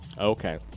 Okay